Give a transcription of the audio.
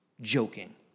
Joking